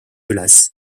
üles